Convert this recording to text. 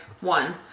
one